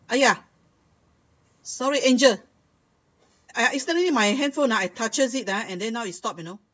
!aiya! sorry angel I instantly my handphone ah I touched it ah and then now it stopped you know